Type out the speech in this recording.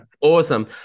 Awesome